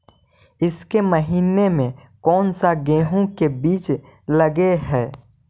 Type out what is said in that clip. ईसके महीने मे कोन सा गेहूं के बीज लगे है?